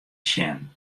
sjen